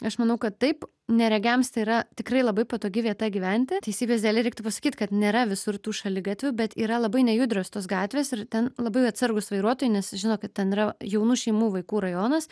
aš manau kad taip neregiams tai yra tikrai labai patogi vieta gyventi teisybės dėlei reiktų pasakyt kad nėra visur tų šaligatvių bet yra labai nejudrios tos gatvės ir ten labai atsargūs vairuotojai nes žino kad ten yra jaunų šeimų vaikų rajonas